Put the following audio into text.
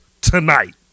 tonight